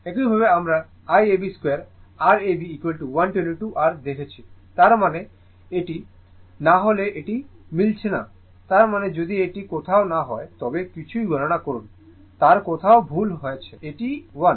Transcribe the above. একইভাবে আমরা Iab 2 R ab122 R দেখেছি তার মানে এটি না হলে এটি মিলছে তার মানে যদি এটি কোথাও না হয় তবে কিছু গণনা করুন তাই কোথাও ভুল হয়েছে এটি 1